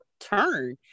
turn